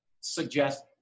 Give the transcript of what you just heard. suggest